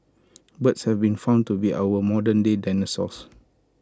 birds have been found to be our modernday dinosaurs